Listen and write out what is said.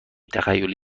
تخیلی